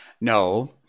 No